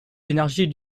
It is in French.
l’énergie